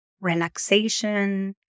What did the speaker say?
relaxation